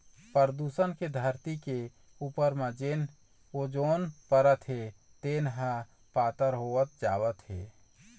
परदूसन के धरती के उपर म जेन ओजोन परत हे तेन ह पातर होवत जावत हे